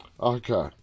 Okay